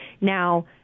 Now